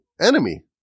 enemy